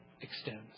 extends